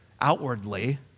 outwardly